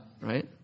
right